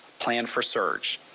plan for surge,